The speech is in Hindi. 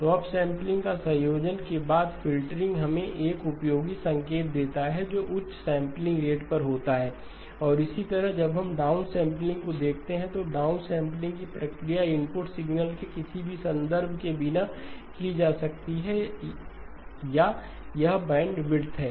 तो अपसैंपलिंग का संयोजन के बाद फ़िल्टरिंग हमें एक उपयोगी संकेत देता है जो उच्च सैंपलिंग रेट पर होता है और इसी तरह जब हम डाउनसैंपलिंग को देखते हैं तो डाउनसैंपलिंग की प्रक्रिया इनपुट सिग्नल के किसी भी संदर्भ के बिना की जा सकती है या यह बैंडविड्थ है